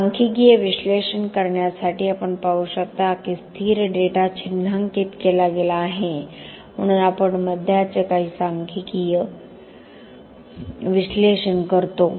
सांख्यिकीय विश्लेषण करण्यासाठी आपण पाहू शकता की स्थिर डेटा चिन्हांकित केला गेला आहे म्हणून आपण मध्याचे काही सांख्यिकीय विश्लेषण करतो